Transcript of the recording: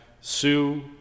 Sue